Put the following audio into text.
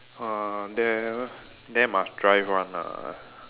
uh there there must drive one ah